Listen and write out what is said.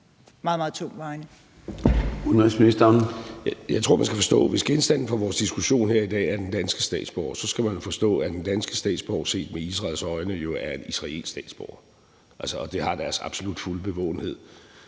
Udenrigsministeren. Kl. 01:17 Udenrigsministeren (Lars Løkke Rasmussen): Jeg tror, at hvis genstanden for vores diskussion her i dag er den danske statsborger, så skal man forstå, at den danske statsborger set med Israels øjne jo er en israelsk statsborger, og det har deres absolut fulde bevågenhed.